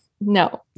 no